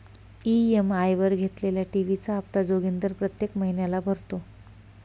EMI वर घेतलेल्या TV चा हप्ता जोगिंदर प्रत्येक महिन्याला भरतो